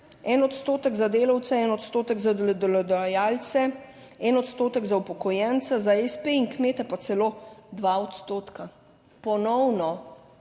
1 odstotek za delavce, 1 odstotek za delodajalce, 1 odstotek za upokojence, za espe in kmete pa celo 2 odstotka. Ponovno